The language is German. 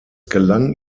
gelang